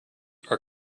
are